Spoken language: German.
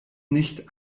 nicht